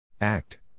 Act